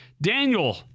Daniel